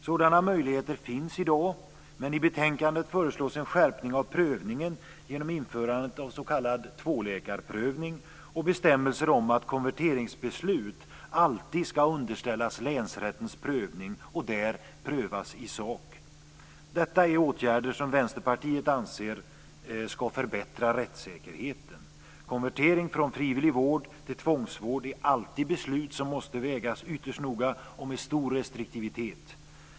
Sådana möjligheter finns i dag, men i betänkandet föreslås en skärpning av prövningen genom införandet av s.k. tvåläkarprövning och bestämmelser om att konverteringsbeslut alltid ska underställas länsrättens prövning och där prövas i sak. Detta är åtgärder som Vänsterpartiet anser ska förbättra rättssäkerheten. Beslut om konvertering från frivillig vård till tvångsvård måste alltid vägas ytterst noga och användas med stor restriktivitet.